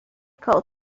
called